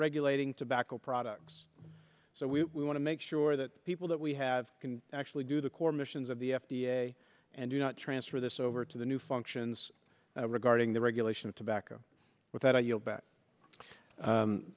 regulating tobacco products so we want to make sure that people that we have can actually do the core missions of the f d a and do not transfer this over to the new functions regarding the regulation of tobacco with that i yield back